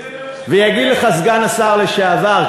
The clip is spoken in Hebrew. ויגיד לך סגן השר לשעבר,